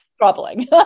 troubling